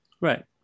Right